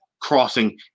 crossing